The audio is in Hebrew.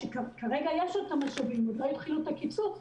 שכרגע יש להן משאבים ושעדיין לא התחילו את הקיצוץ,